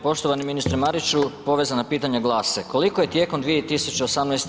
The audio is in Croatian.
Poštovani ministre Mariću, povezana pitanje glase, koliko je tijekom 2018.